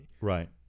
Right